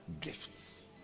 Gifts